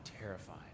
terrified